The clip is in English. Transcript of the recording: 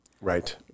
right